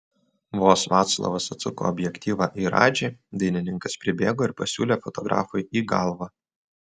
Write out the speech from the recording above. vos vaclovas atsuko objektyvą į radžį dainininkas pribėgo ir pasiūlė fotografui į galvą